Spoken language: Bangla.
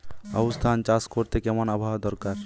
আউশ ধান চাষ করতে কেমন আবহাওয়া দরকার?